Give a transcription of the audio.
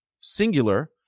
singular